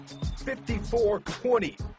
54-20